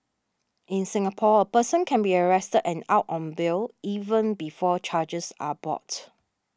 in Singapore a person can be arrested and out on bail even before charges are bought